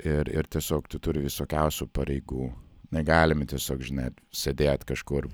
ir ir tiesiog tu turi visokiausių pareigų negalime tiesiog žinai sėdėt kažkur